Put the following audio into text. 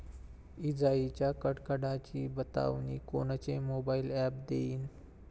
इजाइच्या कडकडाटाची बतावनी कोनचे मोबाईल ॲप देईन?